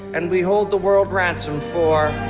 and we hold the world ransom for